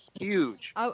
huge